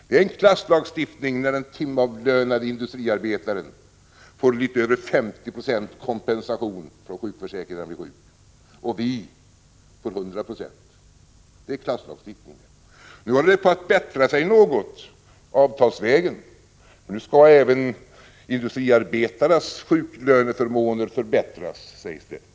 Det är en klasslagstiftning när den timavlönade industriarbetaren får litet över 50 96 i kompensation från sjukförsäkringen när han blir sjuk och vi får 100 96 — det är klasslagstiftning. Nu håller det på att bättra sig något avtalsvägen. Nu skall även industriarbetarnas sjuklöneförmåner förbättras, sägs det.